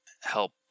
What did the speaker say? help